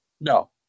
no